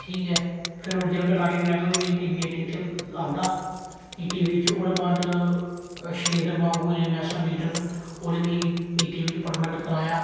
ठीक ऐ फिर जिसलें में राजन बेद होरे मिगी टी वी एटीन च आंदा टी वी च ओह्दे बाद श्रलेन्द्र बांगू नेशनल इडीटर उ'नें मिगी ए टी टी वी च परमानेंट करवाया